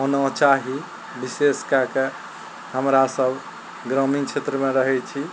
होना चाही विशेष कए कऽ हमरा सब ग्रामीण क्षेत्रमे रहय छी